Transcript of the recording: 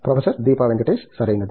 professor Deepa Venkatesh సరైనది